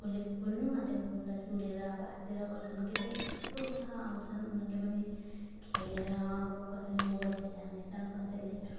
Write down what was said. फुले फुल्नआँटेको फुललाई चुँडेर भाँचेर गर्छन् केटाकेटी थुप्रो छ आउँछन् उनीहरूले पनि खेलेर अब कसैले बलहरूले हानेर कसैले